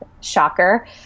Shocker